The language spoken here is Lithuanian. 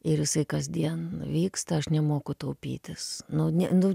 ir jisai kasdien vyksta aš nemoku taupytis nu nu